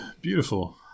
Beautiful